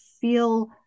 feel